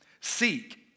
Seek